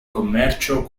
commercio